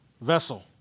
vessel